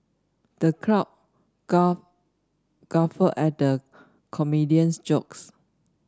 the crowd guff guffawed at the comedian's jokes